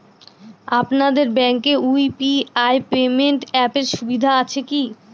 আপনাদের ব্যাঙ্কে UPI payment অ্যাপের সুবিধা আছে কি?